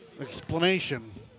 Explanation